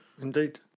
indeed